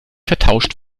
vertauscht